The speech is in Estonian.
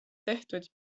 tehtud